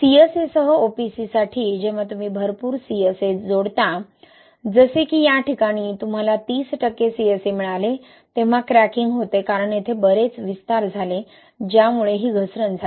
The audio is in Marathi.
CSA सह OPC साठी जेव्हा तुम्ही भरपूर CSA जोडता जसे की या ठिकाणी तुम्हाला 30 टक्के CSA मिळाले तेव्हा क्रॅकिंग होते कारण तेथे बरेच विस्तार झाले ज्यामुळे ही घसरण झाली